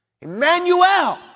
Emmanuel